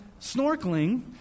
snorkeling